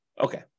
Okay